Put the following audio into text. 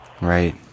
Right